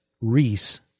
Reese